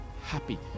happy